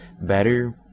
better